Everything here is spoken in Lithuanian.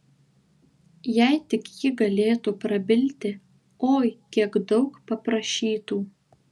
jei tik ji galėtų prabilti oi kiek daug paprašytų